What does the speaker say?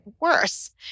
worse